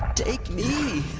take me!